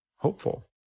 hopeful